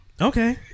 Okay